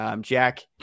Jack